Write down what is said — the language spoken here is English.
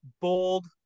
bold